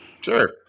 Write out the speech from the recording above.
Sure